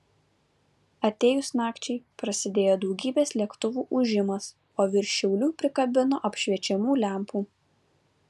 atėjus nakčiai prasidėjo daugybės lėktuvų ūžimas o virš šiaulių prikabino apšviečiamų lempų